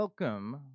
welcome